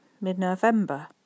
mid-November